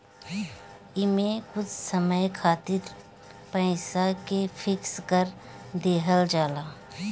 एमे कुछ समय खातिर पईसा के फिक्स कर देहल जाला